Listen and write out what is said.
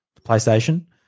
PlayStation